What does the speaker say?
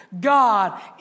God